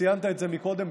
וציינת את זה קודם,